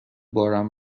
بارم